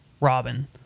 Robin